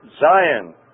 Zion